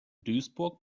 duisburg